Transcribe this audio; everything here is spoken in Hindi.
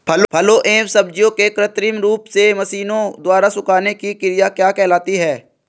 फलों एवं सब्जियों के कृत्रिम रूप से मशीनों द्वारा सुखाने की क्रिया क्या कहलाती है?